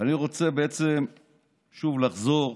אני רוצה שוב לחזור,